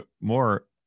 more